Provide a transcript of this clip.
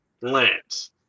Lance